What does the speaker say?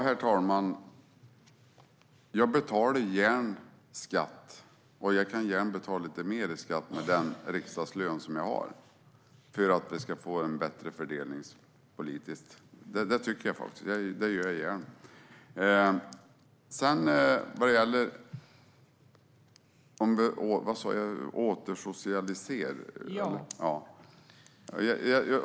Herr talman! Jag betalar gärna skatt, och jag kan gärna betala lite mer i skatt med den riksdagslön jag har för att vi ska få det bättre fördelningspolitiskt. Det tycker jag faktiskt. Det gör jag gärna. Det talas om återsocialisering.